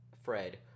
Fred